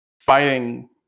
fighting